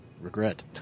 Regret